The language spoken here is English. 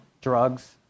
drugs